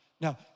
Now